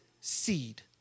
seed